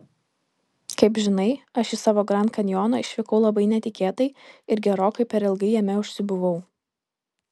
kaip žinai aš į savo grand kanjoną išvykau labai netikėtai ir gerokai per ilgai jame užsibuvau